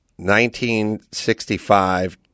1965